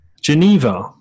Geneva